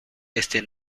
esto